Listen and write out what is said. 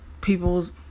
people's